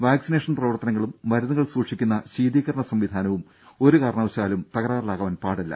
vaccination പ്രവർത്തനങ്ങളും മരുന്നുകൾ സൂക്ഷിക്കുന്ന ശീതീകരണ സംവിധാനവും ഒരുകാരണവശാലും മുടങ്ങാൻ പാടില്ല